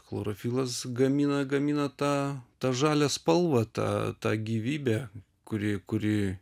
chlorofilas gamina gamina tą tą žalią spalvą tą tą gyvybę kuri kuri